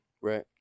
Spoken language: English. Right